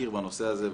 בנושא הזה.